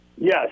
Yes